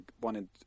wanted